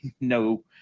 no